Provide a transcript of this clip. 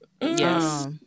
Yes